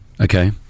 Okay